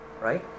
right